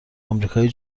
امریکای